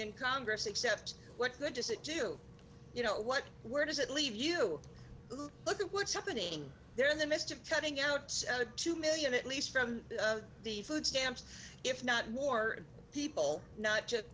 in congress except what good does it do you know what where does it leave you look at what's happening there in the midst of cutting out to two million at least from the food stamps if not more people not to just